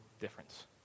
difference